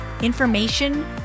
information